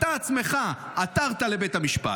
אתה עצמך עתרת לבית המשפט,